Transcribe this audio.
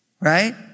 right